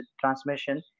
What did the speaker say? transmission